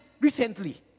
recently